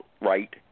right